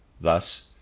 Thus